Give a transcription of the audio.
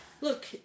Look